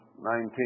19